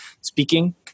speaking